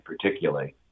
particularly